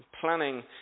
Planning